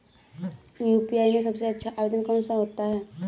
UPI में सबसे अच्छा आवेदन कौन सा होता है?